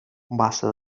base